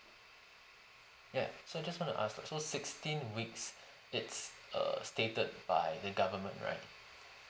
ya so just want to ask so sixteen weeks it's err stated by the government right